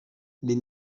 les